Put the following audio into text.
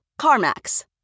CarMax